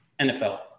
NFL